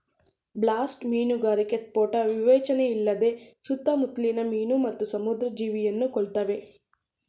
blast ಮೀನುಗಾರಿಕೆ ಸ್ಫೋಟ ವಿವೇಚನೆಯಿಲ್ಲದೆ ಸುತ್ತಮುತ್ಲಿನ ಮೀನು ಮತ್ತು ಸಮುದ್ರ ಜೀವಿಯನ್ನು ಕೊಲ್ತವೆ